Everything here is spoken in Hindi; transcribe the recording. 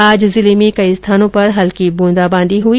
आज जिले में कई स्थानों पर हल्की ब्रंदाबांदी हुई